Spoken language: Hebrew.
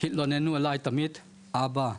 התלוננו אליי תמיד ואמרו "אבא,